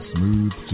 Smooth